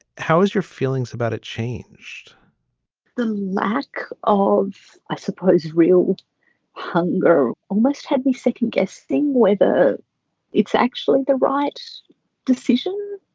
how is your feelings about it changed the lack of i suppose real hunger almost had me second guessing whether it's actually the right decision.